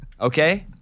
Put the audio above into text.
okay